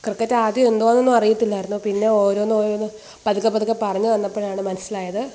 cricket ആദ്യം എന്തുവാന്നൊന്നും അറിയത്തില്ലായിരുന്നു പിന്നെ ഓരോന്ന് ഓരോന്ന് പതുക്കെ പതുക്കെ പറഞ്ഞ് വന്നപ്പോഴാണ് മനസ്സിലായത്